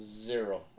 zero